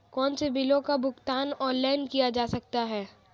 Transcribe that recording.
कौनसे बिलों का भुगतान ऑनलाइन किया जा सकता है?